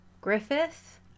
Griffith